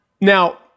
Now